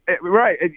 right